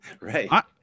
right